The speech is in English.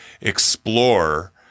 explore